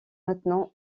maintenant